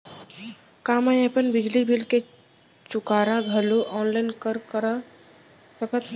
का मैं अपन बिजली बिल के चुकारा घलो ऑनलाइन करा सकथव?